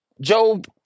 Job